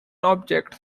objects